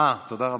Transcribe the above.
אה, תודה רבה.